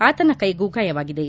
ಆತನ ಕೈಗೂ ಗಾಯವಾಗಿದೆ